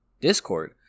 Discord